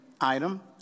item